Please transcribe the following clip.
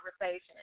conversation